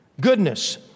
Goodness